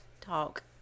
talk